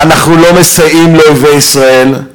אנחנו לא מסייעים לאויבי ישראל,